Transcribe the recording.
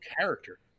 character